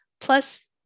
plus